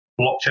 blockchain